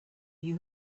you